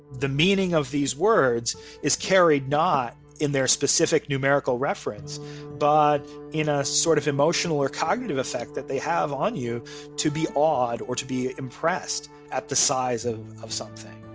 the meaning of these words is carried not in their specific numerical reference but in a sort of emotional or cognitive effect that they have on you to really be awed or to be impressed at the size of of something.